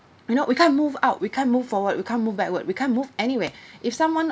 you know we can't move out we can't move forward we can't move backward we can't move anywhere if someone